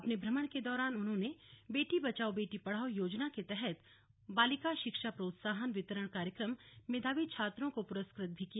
अपने भ्रमण के दौरान उन्होंने बेटी बचाओ बेटी पढ़ाओ योजना के तहत बालिका शिक्षा प्रोत्साहन वितरण कार्यक्रम मेधावी छात्राओं को पुरस्कृत भी किया